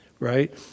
Right